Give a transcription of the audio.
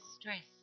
stress